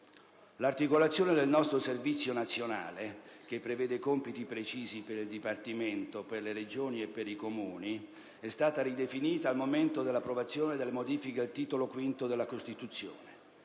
l'articolazione del nostro Servizio nazionale, che prevede compiti precisi per il Dipartimento, per le Regioni e per i Comuni, è stata ridefinita al momento dell'approvazione delle modifiche al Titolo V della Costituzione